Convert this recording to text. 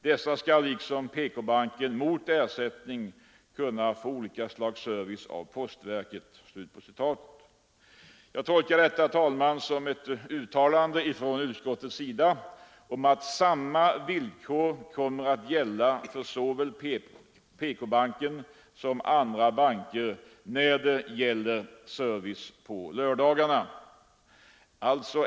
Dessa skall liksom PK-banken mot ersättning kunna få olika slags service av postverket.” Jag tolkar detta, herr talman, som ett uttalande från utskottets sida om att samma villkor kommer att gälla för såväl PK-banken som andra banker när det gäller service på lördagarna.